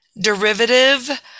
derivative